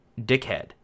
Dickhead